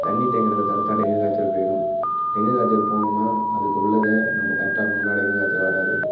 தண்ணிர் தேங்குறதை தடுத்தால் டெங்கு காய்ச்சல் போயிடும் டெங்கு காய்ச்சல் போகணுன்னா அதுக்குள்ளதை நம்ம கரெக்டாக பண்ணால் டெங்கு காய்ச்சல் வராது